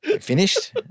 Finished